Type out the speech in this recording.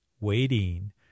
waiting